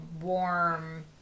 warm